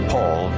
Paul